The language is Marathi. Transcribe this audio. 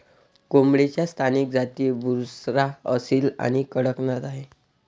कोंबडीच्या स्थानिक जाती बुसरा, असील आणि कडकनाथ आहेत